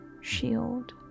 shield